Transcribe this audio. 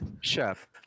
chef